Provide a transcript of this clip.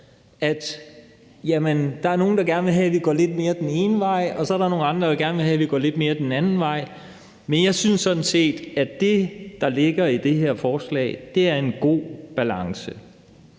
at der er nogle, der gerne vil have, at vi går lidt mere den ene vej, og så er der nogle andre, der gerne vil have, at vi går lidt mere den anden vej. Men jeg synes sådan set, at det, der ligger i det her forslag, er en god balance